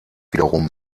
wiederum